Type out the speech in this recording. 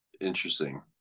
Interesting